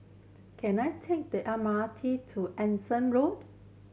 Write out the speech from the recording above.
can I take the M R T to Anderson Road